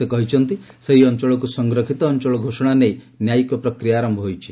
ସେ କହିଛନ୍ତି ସେହି ଅଞ୍ଚଳକୁ ସଂରକ୍ଷିତ ଅଞ୍ଚଳ ଘୋଷଣା ନେଇ ନ୍ୟାୟିକ ପ୍ରକ୍ରିୟା ଆରମ୍ଭ ହୋଇଛି